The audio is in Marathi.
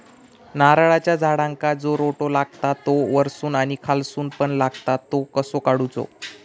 नारळाच्या झाडांका जो रोटो लागता तो वर्सून आणि खालसून पण लागता तो कसो काडूचो?